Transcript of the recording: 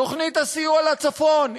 תוכנית הסיוע לצפון.